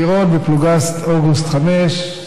טירון בפלוגת אוגוסט 5,